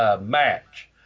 match